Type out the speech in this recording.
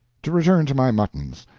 to return to my muttons.